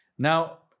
Now